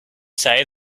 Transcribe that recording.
say